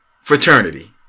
fraternity